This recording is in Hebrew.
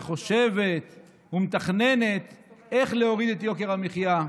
חושבת ומתכננת איך להוריד את יוקר המחיה,